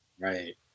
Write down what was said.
Right